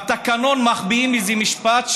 בתקנון מחביאים איזה משפט שם,